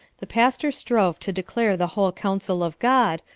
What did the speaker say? the pastor strove to declare the whole counsel of god,